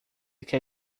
quer